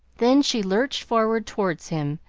then she lurched forward towards him,